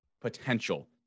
potential